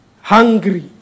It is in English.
hungry